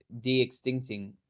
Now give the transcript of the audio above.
de-extincting